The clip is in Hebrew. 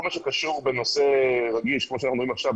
מה שקשור בנושא רגיש כמו שאנחנו מדברים עכשיו,